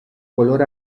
color